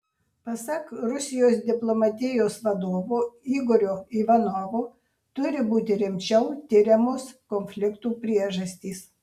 pasak rusijos diplomatijos vadovo igorio ivanovo turi būti rimčiau tiriamos konfliktų priežastys